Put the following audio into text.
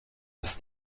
ist